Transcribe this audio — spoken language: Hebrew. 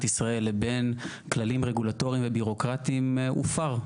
ישראל לבין כללים רגולטוריים ובירוקרטיים הופר,